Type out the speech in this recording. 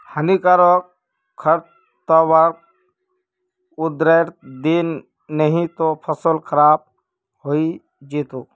हानिकारक खरपतवारक उखड़इ दे नही त फसल खराब हइ जै तोक